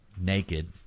naked